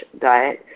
diet